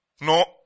No